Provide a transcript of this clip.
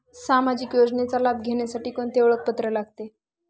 सामाजिक योजनेचा लाभ घेण्यासाठी कोणते ओळखपत्र लागते?